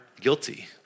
guilty